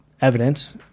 evidence